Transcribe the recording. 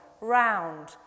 round